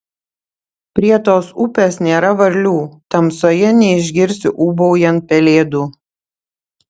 prie tos upės nėra varlių tamsoje neišgirsi ūbaujant pelėdų